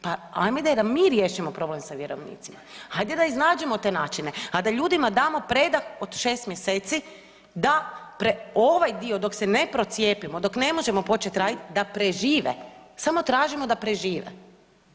Pa ajde da mi riješimo problem sa vjerovnicima, hajde da iznađemo te načine a da ljudima damo predah od šest mjeseci da ovaj dio dok se ne procijepimo dok ne možemo počet radit da prežive, samo tražimo da prežive.